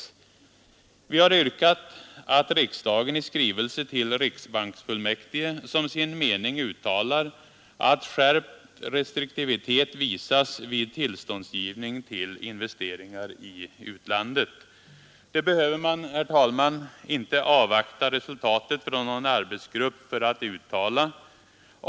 Jo, vi har yrkat att riksdagen i skrivelse till riksbanksfullmäktige som sin mening uttalar att skärpt restriktivitet visas vid tillståndsgivning till investeringar i utlandet. Det behöver man, herr talman, inte avvakta resultatet från någon arbetsgrupp för att uttala.